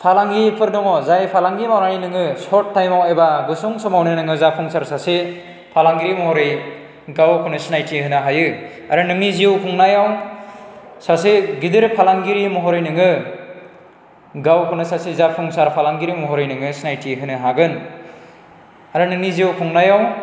फालांगिफोर दङ जाय फालांगि मावनानै नोङो सर्द थाइमाव एबा गुसुं समावनो नोङो जाफुंसार सासे फालांगिरि महरै गावखौनो सिनायथि होनो हायो आरो नोंनि जिउ खुंनायाव सासे गिदिर फालांगिरि महरै नोङो गावखौनो सासे जाफुंसार फालांगिरि महरै नोङो सिनायथि होनो हागोन आरो नोंनि जिउ खुंनायाव